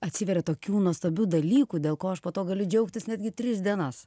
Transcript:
atsiveria tokių nuostabių dalykų dėl ko aš po to galiu džiaugtis netgi tris dienas